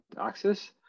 access